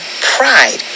pride